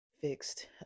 fixed